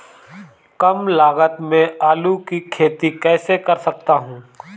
कम लागत में आलू की खेती कैसे कर सकता हूँ?